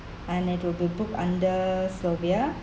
and it will be booked under sylvia